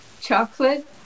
Chocolate